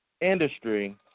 industry